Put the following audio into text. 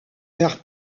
leurs